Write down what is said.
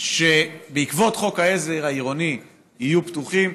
שבעקבות חוק העזר העירוני יהיו פתוחים,